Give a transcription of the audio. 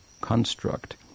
construct